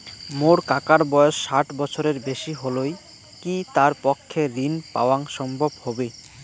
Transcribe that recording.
মোর কাকার বয়স ষাট বছরের বেশি হলই কি তার পক্ষে ঋণ পাওয়াং সম্ভব হবি?